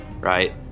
right